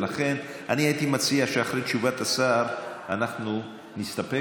ולכן אני הייתי מציע שאחרי תשובת השר אנחנו נסתפק,